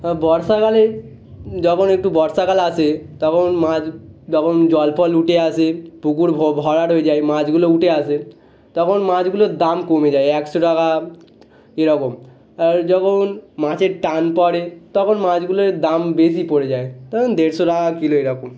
হ্যাঁ বর্ষাকালে যখন একটু বর্ষাকাল আসে তখন মাছ তখন জল ফল উঠে আসে পুকুর ভরাট হয়ে যায় মাছগুলো উঠে আসে তখন মাছগুলোর দাম কমে যায় একশো টাকা এরকম আর যখন মাছের টান পড়ে তখন মাছগুলোর দাম বেশি পড়ে যায় তখন দেড়শো টাকা কিলো এরকম